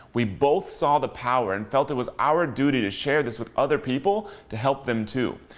we both saw the power and felt it was our duty to share this with other people to help them, too.